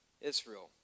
Israel